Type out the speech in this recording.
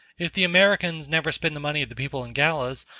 if the americans never spend the money of the people in galas,